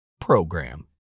PROGRAM